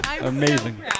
amazing